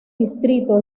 distrito